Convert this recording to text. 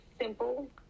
simple